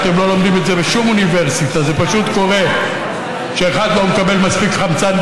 125), התשע"ט 2018, שהחזירה ועדת הכלכלה.